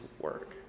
work